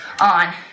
on